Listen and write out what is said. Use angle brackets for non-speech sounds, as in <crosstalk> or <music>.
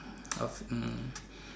of <noise> hmm